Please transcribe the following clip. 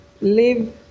Live